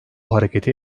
hareketi